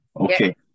Okay